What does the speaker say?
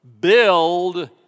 build